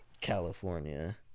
California